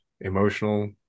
emotional